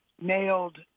nailed